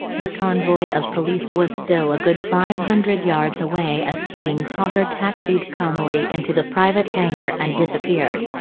the convoy of police was still a good five hundred yards away as teabing's hawker taxied calmly into the private hangar and disappeared.